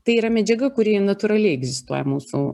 tai yra medžiaga kuri natūraliai egzistuoja mūsų